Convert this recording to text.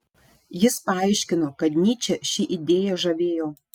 jis paaiškino kad nyčę ši idėja žavėjo